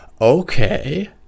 Okay